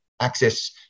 access